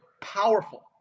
powerful